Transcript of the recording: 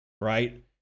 right